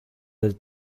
del